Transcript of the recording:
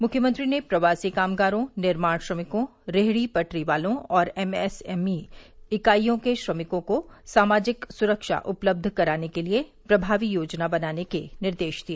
मुख्यमंत्री ने प्रवासी कामगारों निर्माण श्रमिकों रेहड़ी पटरी वालों और एमएसएमई इकाइयों के श्रमिकों को सामाजिक सुरक्षा उपलब्ध कराने के लिए प्रभावी योजना बनाने के निर्देश दिए